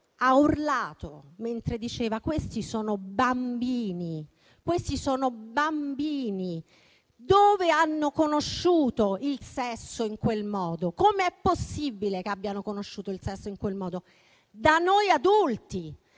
ha urlato mentre diceva che questi sono bambini. Dove hanno conosciuto il sesso in quel modo? Come è possibile che abbiano conosciuto il sesso in quel modo? Da noi adulti,